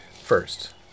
First